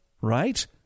Right